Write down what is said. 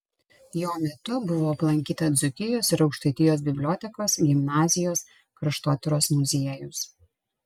jo metu buvo aplankyta dzūkijos ir aukštaitijos bibliotekos gimnazijos kraštotyros muziejus